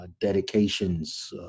Dedications